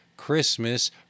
Christmas